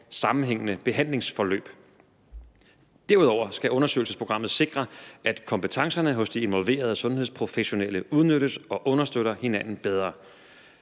sammenhængende behandlingsforløb. Derudover skal undersøgelsesprogrammet sikre, at kompetencerne hos de involverede sundhedsprofessionelle udnyttes og understøtter hinanden bedre.